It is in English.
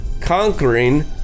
conquering